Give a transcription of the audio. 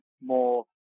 more